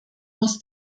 muss